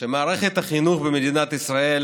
שמערכת החינוך במדינת ישראל